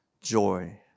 joy